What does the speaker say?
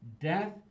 death